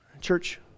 church